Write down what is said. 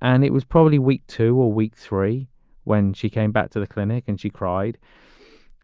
and it was probably week two or week three when she came back to the clinic and she cried